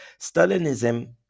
Stalinism